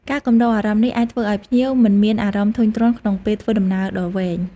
ការកំដរអារម្មណ៍នេះអាចធ្វើឱ្យភ្ញៀវមិនមានអារម្មណ៍ធុញទ្រាន់ក្នុងពេលធ្វើដំណើរដ៏វែង។